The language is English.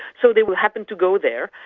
so they will happen to go there.